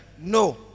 No